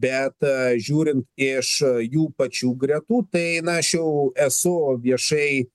bet žiūrint iš jų pačių gretų tai na aš jau esu viešai